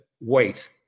wait